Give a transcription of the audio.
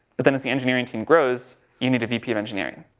but then as the engineering team grows you need a vp of engineering.